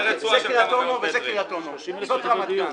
זה קרית אונו וזה קרית אונו וזאת רמת גן.